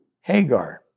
Hagar